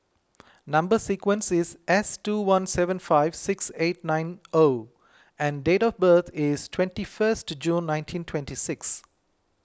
Number Sequence is S two one seven five six eight nine O and date of birth is twenty first June nineteen twenty six